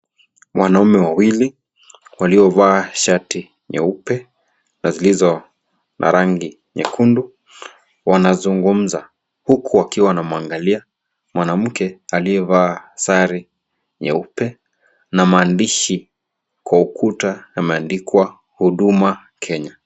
Wanaume wawili, waliovaa shati nyeupe na zilizo na rangi nyekundu. Wanazungumza huku wakiwa wanamwangalia mwanamke aliyevaa sare nyeupe na maandishi kwa ukuta yameandikwa Huduma Kenya.